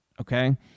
okay